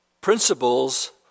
Principles